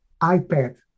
iPad